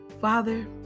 Father